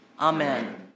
Amen